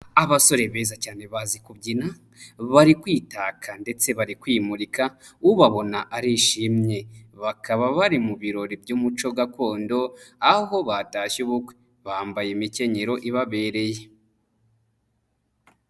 Abasore beza cyane bazi kubyina, bari kwitaka ndetse bari kwimurika, ubabona arishimye. Bakaba bari mu birori by'umuco gakondo, aho batashye ubukwe. Bambaye imikenyero ibabereye.